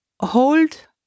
hold